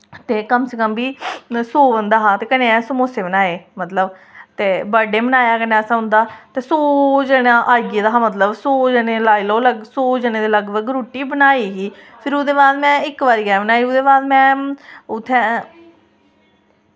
ते कम से कम बी सौ बंदा हा ते कन्नै असें समोसे बनाए मतलब ते बर्डे मनाया असें कन्नै उं'दा ते सौ जना आई गेदा हा मतलब सौ जने लाई लैओ लग सौ जने दी लगभग रुट्टी बनाई ही फिर ओह्दे बाद में इक बारी ऐ बनाई फिर ओह्दे बाद में उत्थैं